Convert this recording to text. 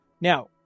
now